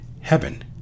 heaven